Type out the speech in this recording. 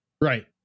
right